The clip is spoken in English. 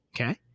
okay